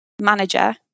manager